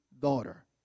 daughter